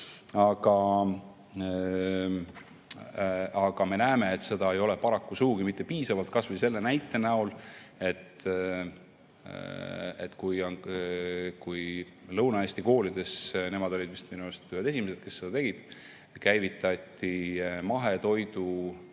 Aga me näeme, et seda ei ole paraku sugugi mitte piisavalt. Kas või see näide, et kui Lõuna-Eesti koolides – nemad olid minu arust ühed esimesed, kes seda tegid – käivitati mahetoidu